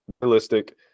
realistic